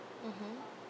mmhmm